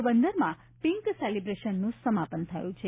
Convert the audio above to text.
પોરબંદરમાં પિન્ક સેલિબ્રેશનનું સમાપન થયું છે